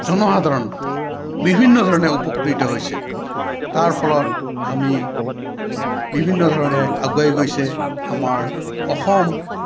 জনসাধাৰণ বিভিন্ন ধৰণে উপকৃত হৈছে তাৰ ফলত আমি বিভিন্ন ধৰণে আগুৱাই গৈছে আমাৰ অসম